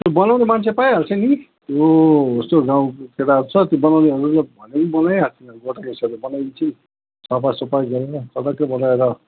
त्यो बनाउने मान्छे पाइहाल्छ नि त्यो यसो गाउँको केटाहरू छ त्यो बनाउनेहरूलाई भन्यो भने बनाइहाल्छ नि गोटाको हिसाबले बनाइदिन्छ नि सफा सफाई गरेर चटक्कै बनाएर